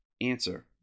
Answer